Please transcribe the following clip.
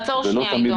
זה נושא מורכב מאוד,